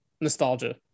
nostalgia